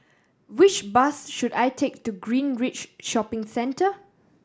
which bus should I take to Greenridge Shopping Centre